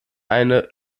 eine